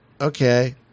okay